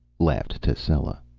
laughed tascela.